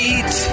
Eat